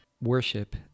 worship